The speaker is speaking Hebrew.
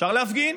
אפשר להפגין.